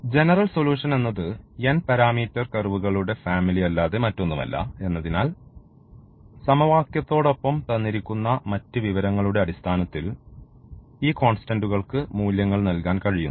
general solution എന്നത് n parameter കർവുകളുടെ family അല്ലാതെ മറ്റൊന്നുമല്ല എന്നതിനാൽ സമവാക്യത്തോടൊപ്പം തന്നിരിക്കുന്ന മറ്റ് വിവരങ്ങളുടെ അടിസ്ഥാനത്തിൽ ഈ കോൺസ്റ്റന്റുകൾക്ക് മൂല്യങ്ങൾ നൽകാൻ കഴിയുന്നു